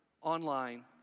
online